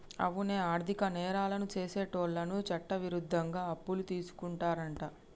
అవునే ఆర్థిక నేరాలను సెసేటోళ్ళను చట్టవిరుద్ధంగా అప్పులు తీసుకుంటారంట